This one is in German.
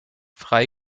frei